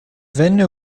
venne